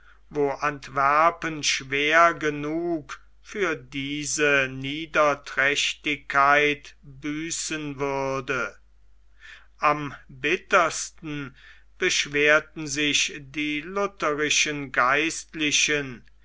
wo antwerpen schwer genug für diese niederträchtigkeit büßen würde am bittersten beschwerten sich die lutherischen geistlichen